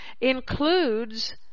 includes